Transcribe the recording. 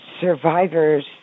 survivors